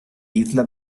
isla